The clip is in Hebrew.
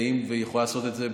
והיא יכולה לעשות את זה,